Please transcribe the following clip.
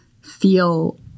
feel